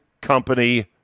Company